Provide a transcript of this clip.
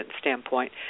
standpoint